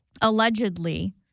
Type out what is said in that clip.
allegedly